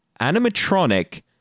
animatronic